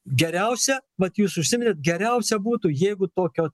geriausia vat jūs užsiminėt geriausia būtų jeigu tokio